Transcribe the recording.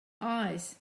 eyes